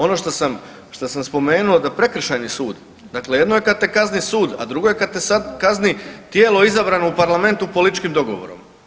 Ono šta sam, šta sam spomenuo, da prekršajni sud, dakle jedno je kad te kazni sud, a drugo je kad te kazni tijelo izabrano u parlamentu političkim dogovorom.